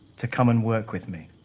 to come and work with me.